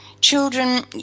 Children